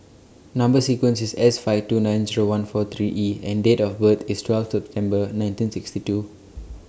Number sequence IS S five two nine Zero one four three E and Date of birth IS twelfth September nineteen sixty two